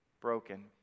broken